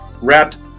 wrapped